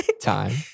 time